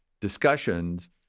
discussions